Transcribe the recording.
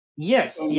Yes